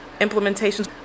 implementations